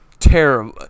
terrible